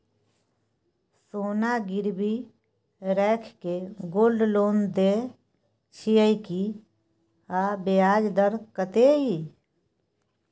सोना गिरवी रैख के गोल्ड लोन दै छियै की, आ ब्याज दर कत्ते इ?